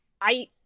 I-